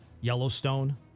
Yellowstone